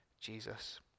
Jesus